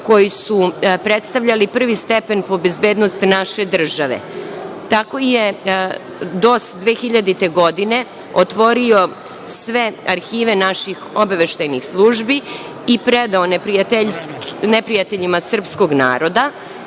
koji su predstavljali prvi stepen po bezbednost naše države. Tako je DOS 2000. godine otvorio sve arhive naših obaveštajnih službi i predao neprijateljima srpskog naroda.